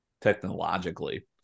technologically